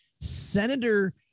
Senator